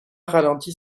ralentit